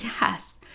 Yes